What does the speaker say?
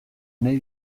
nahi